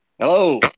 Hello